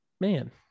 Man